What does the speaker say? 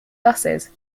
buses